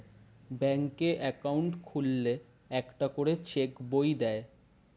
ব্যাঙ্কে অ্যাকাউন্ট খুললে একটা করে চেক বই দেয়